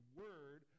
word